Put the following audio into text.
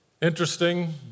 Interesting